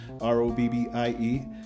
R-O-B-B-I-E